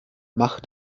mach